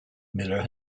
miller